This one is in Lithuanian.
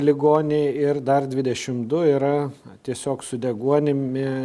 ligoniai ir dar dvidešim du yra tiesiog su deguonimi